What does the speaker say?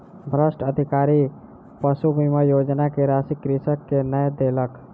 भ्रष्ट अधिकारी पशु बीमा योजना के राशि कृषक के नै देलक